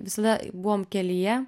visada buvom kelyje